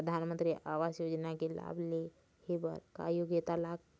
परधानमंतरी आवास योजना के लाभ ले हे बर का योग्यता लाग ही?